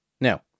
Now